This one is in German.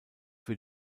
für